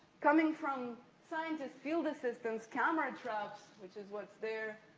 coming from scientists, field assistants, camera trucks, which is what's there,